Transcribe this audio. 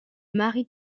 marie